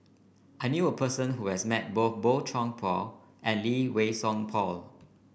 I knew a person who has met both Boey Chuan Poh and Lee Wei Song Paul